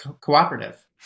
cooperative